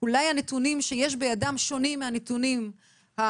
אולי יש בידם נתונים שונים מהנתונים האבסולוטיים